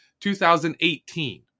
2018